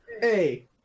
Hey